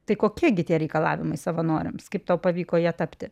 tai kokie gi tie reikalavimai savanoriams kaip tau pavyko ja tapti